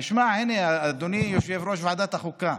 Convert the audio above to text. תשמע, הינה, אדוני יושב-ראש ועדת החוקה,